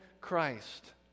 Christ